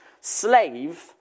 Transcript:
slave